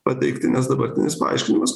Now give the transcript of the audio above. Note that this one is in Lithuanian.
pateikti nes dabartinis paaiškinimas